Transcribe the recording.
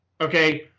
okay